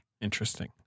Interesting